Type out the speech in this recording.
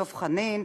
דב חנין,